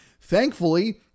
Thankfully